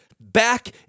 back